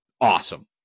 awesome